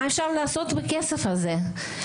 מה אפשר לעשות עם הכסף הזה?